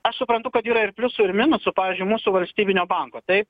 aš suprantu kad yra ir pliusų ir minusų pavyzdžiui mūsų valstybinio banko taip